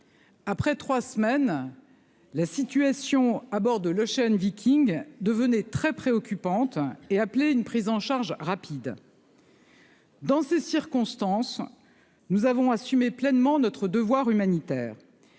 après trois semaines, la situation à bord de l'devenait très préoccupante et appelait une prise en charge rapide. Dans ces circonstances, nous avons assumé pleinement notre devoir humanitaire.